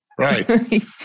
Right